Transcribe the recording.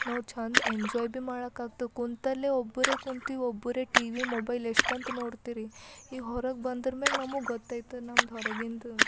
ನಾವು ಚೆಂದ ಎಂಜಾಯ್ ಭೀ ಮಾಡಕಾತ್ ಕುಂತಲ್ಲೇ ಒಬ್ಬರೇ ಕುಂತು ಒಬ್ಬರೇ ಟಿವಿ ಮೊಬೈಲ್ ಎಷ್ಟಂತ ನೋಡ್ತೀರಿ ಹೀಗೆ ಹೊರಗೆ ಬಂದ್ರೇನೆ ನಮಗೆ ಗೊತ್ತೈತೆ ನಮ್ಗೆ ಹೊರಗಿಂದ